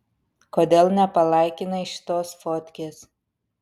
kodėl nepalaikinai šitos fotkės